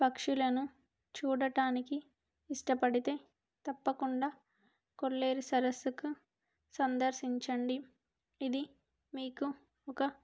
పక్షులను చూడటానికి ఇష్టపడితే తప్పకుండా కొల్లేరు సరస్సు సందర్శించండి ఇది మీకు ఒక